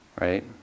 right